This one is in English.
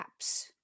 apps